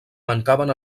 mancaven